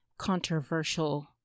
controversial